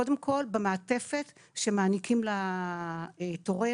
קודם כל במעטפת שמעניקים לתורם,